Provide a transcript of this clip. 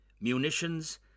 munitions